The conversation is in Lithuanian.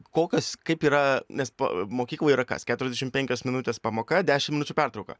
kokios kaip yra nes pa mokykloj yra kas keturiasdešim penkios minutės pamoka dešim minučių pertrauka